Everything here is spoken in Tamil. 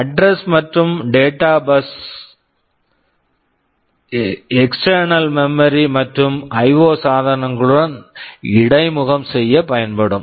அட்ரஸ் address மற்றும் டேட்டா பஸ் data bus கள் எக்ஸ்ட்டேர்னல் மெமரி external memory மற்றும் ஐஓ IO சாதனங்களுடன் இடைமுகம் செய்ய பயன்படும்